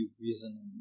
reasoning